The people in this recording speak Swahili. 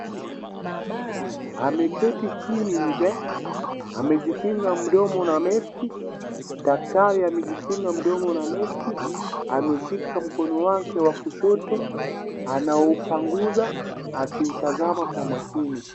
Ameketi chini mzee, amejikinga mdomo na meski, daktari amejikinga mdomo na meski, ameshika mkono wake wa kushoto. Anaupanguza akiutazama kwa makini.